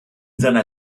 seiner